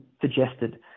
suggested